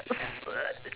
s~